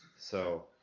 so